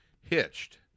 Hitched